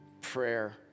prayer